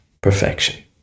perfection